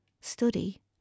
study